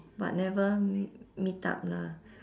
but never meet up lah